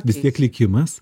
vis tiek likimas